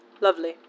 Lovely